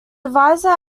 adviser